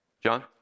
John